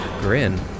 grin